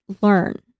learn